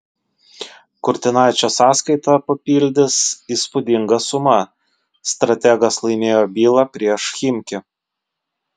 kurtinaičio sąskaitą papildys įspūdinga suma strategas laimėjo bylą prieš chimki